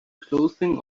clothing